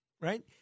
right